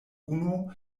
unu